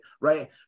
right